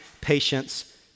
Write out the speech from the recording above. patience